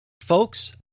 folks